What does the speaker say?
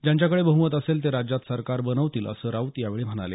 ज्यांच्याकडे बह्मत असेल ते राज्यात सरकार बनवतील असंही राऊत या वेळी म्हणाले